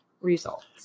results